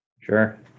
sure